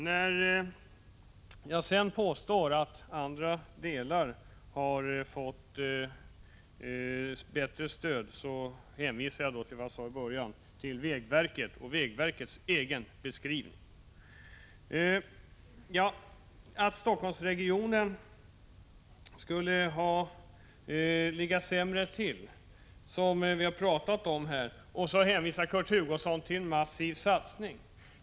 När jag påstår att andra delar av landet har fått ett bättre stöd till vägunderhåll, hänvisar jag alltså till vägverkets beskrivning av läget. Kurt Hugosson talar om en massiv satsning.